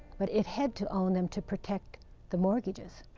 but it had to own them to protect the mortgages,